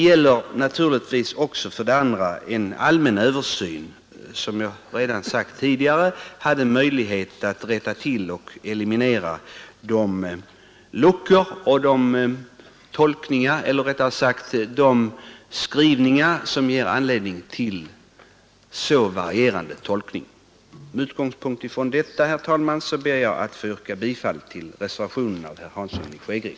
Som jag redan sagt, behövs dessutom en allmän översyn, genom vilken det skulle bli möjligt att eliminera de skrivningar som ger anledning till så varierande tolkningar. Med utgångspunkt i detta, herr talman, ber jag att få yrka bifall till reservationen av herr Hansson i Skegrie.